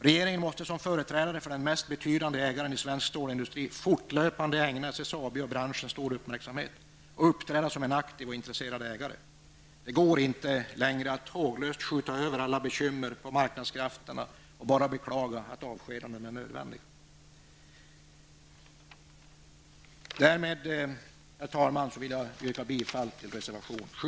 Regeringen måste, som företrädare för den mest betydande ägaren i svensk stålindustri, fortlöpande ägna SSAB och branschen stor uppmärksamhet och uppträda som en aktiv och intresserad ägare. Det går inte längre att håglöst skjuta över alla bekymmer på marknadskrafterna och bara beklaga att avskedanden är nödvändiga. Herr talman! Därmed vill jag yrka bifall till reservation 7.